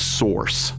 source